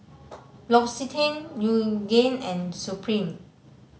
L'Occitane Yoogane and Supreme